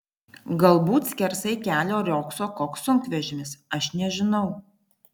galbūt skersai kelio riogso koks sunkvežimis aš nežinau